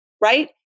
right